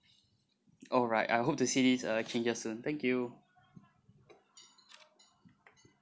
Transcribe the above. alright I hope to see these uh changes soon thank you